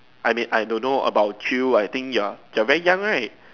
I may I don't know about you I think ya you are very young right